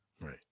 Right